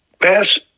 Bass